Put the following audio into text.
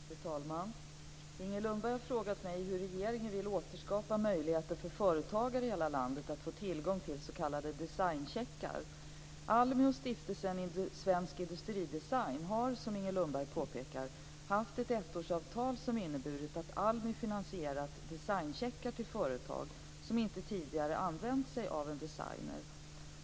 Fru talman! Inger Lundberg har frågat mig hur regeringen vill återskapa möjligheten för företagare i hela landet att få tillgång till s.k. designcheckar. ALMI och Stiftelsen Svensk industridesign har, som Inger Lundberg påpekar, haft ett ettårsavtal som inneburit att ALMI finansierat designcheckar till företag som inte tidigare använt sig av en designer.